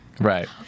Right